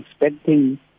expecting